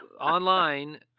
online